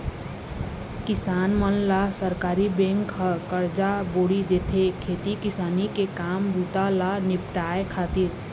किसान मन ल सहकारी बेंक ह करजा बोड़ी देथे, खेती किसानी के काम बूता ल निपाटय खातिर